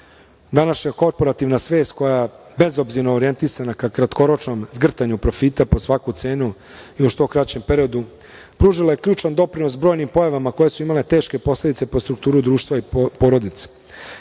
Današnja korporativna svest koja je bezobzirno orijentisana ka kratkoročnom zgrtanju profita po svaku cenu i u što kraćem periodu pružila je ključan doprinos brojnim pojavama koje su imale teške posledice po strukturu društva i porodice.